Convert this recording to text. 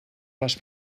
les